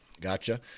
gotcha